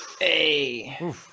Hey